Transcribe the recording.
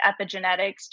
epigenetics